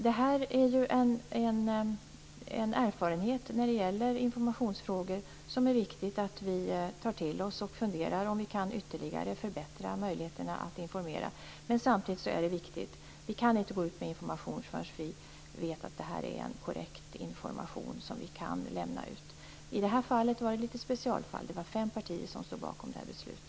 Detta är en erfarenhet när det gäller informationsfrågor som det är viktigt att vi tar till oss och funderar över för att se om vi ytterligare kan förbättra möjligheterna att informera. Men samtidigt är det viktigt att säga att vi inte kan gå ut med information förrän vi vet att det är en korrekt information som vi kan lämna ut. I detta fall var det ett specialfall. Det var fem partier som stod bakom detta beslut.